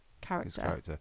character